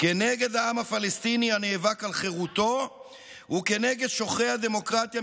כנגד העם הפלסטיני הנאבק על חירותו וכנגד שוחרי הדמוקרטיה,